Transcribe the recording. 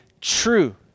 true